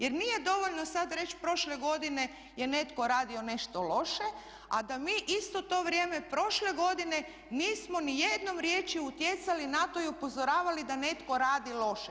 Jer nije dovoljno sad reći prošle godine je netko radio nešto loše, a da mi isto to vrijeme prošle godine nismo ni jednom riječju utjecali na to i upozoravali da netko radi loše.